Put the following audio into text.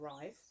arrive